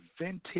vintage